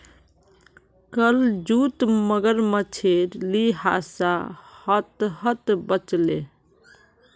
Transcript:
कल जूत मगरमच्छेर ली हादसा ह त ह त बच ले